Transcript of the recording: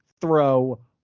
throw